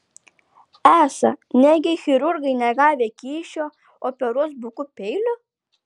esą negi chirurgai negavę kyšio operuos buku peiliu